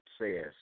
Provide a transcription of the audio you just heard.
says